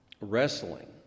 wrestling